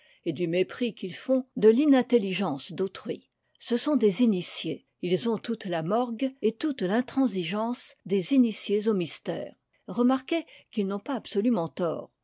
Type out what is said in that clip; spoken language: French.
et du mépris qu'ils font de l'inintelligence d'autrui ce sont des initiés ils ont toute la morgue et toute l'intransigeance des initiés aux mystères remarquez qu'ils n'ont pas absolument tort